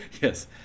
Yes